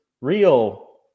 real